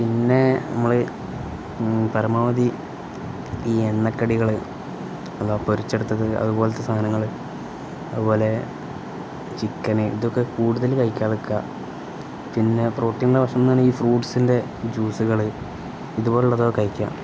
പിന്നെ നമ്മള് പരമാവധി ഈ എണ്ണക്കടികള് പൊരിച്ചെടുത്തത് അതുപോലത്തെ സാധനങ്ങള് അതുപോലെ ചിക്കന് ഇതൊക്കെ കൂടുതല് കഴിക്കാതെ നില്ക്കുക പിന്നെ പ്രോട്ടീൻ്റെ ഭക്ഷണമെന്നു പറഞ്ഞാല് ഈ ഫ്രൂട്സിൻ്റെ ജ്യൂസുകള് ഇതുപോലുള്ളതൊക്കെ കഴിക്കുക